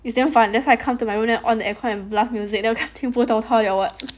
it's damn 烦 that's why I come to my own room then on the aircon and blast music 都听不到它 liao [what]